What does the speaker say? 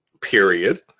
period